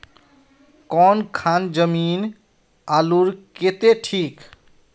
कौन खान जमीन आलूर केते ठिक?